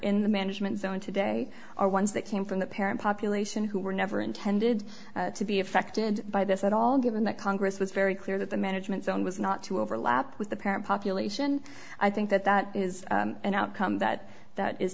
in the management zone today are ones that came from the parent population who were never intended to be affected by this at all given that congress was very clear that the management's own was not to overlap with the parent population i think that that is an outcome that that is